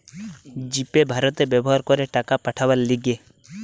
জি Pay ভারতে ব্যবহার করে টাকা পাঠাবার লিগে